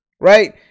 right